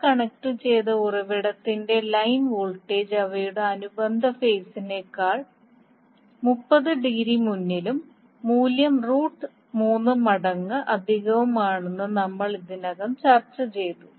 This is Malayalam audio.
വൈ കണക്റ്റുചെയ്ത ഉറവിടത്തിന്റെ ലൈൻ വോൾട്ടേജ് അവയുടെ അനുബന്ധ ഫേസിനേക്കൾ 30 ഡിഗ്രി മുന്നിലും മൂല്യം റൂട്ട് 3 മടങ്ങ് അധികവുമാണെന്നു നമ്മൾ ഇതിനകം ചർച്ചചെയ്തു